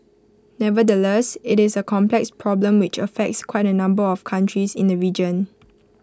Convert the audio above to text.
nevertheless IT is A complex problem which affects quite A number of countries in the region